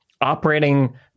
operating